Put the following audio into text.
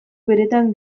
beretan